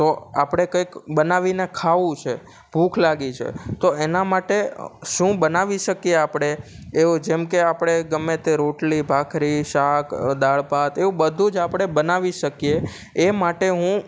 તો આપણે કંઈક બનાવીને ખાવું છે ભૂખ લાગી છે તો એના માટે શું બનાવી શકીએ આપણે એવું જેમકે આપણે ગમે તે રોટલી ભાખરી શાક દાળ ભાત એવું બધું જ આપણે બનાવી શકીએ એ માટે હું